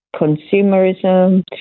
consumerism